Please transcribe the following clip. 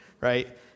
right